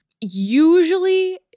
usually